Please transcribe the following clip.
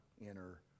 inner